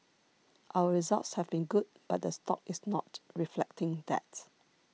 our results have been good but the stock is not reflecting that